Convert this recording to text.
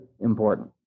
important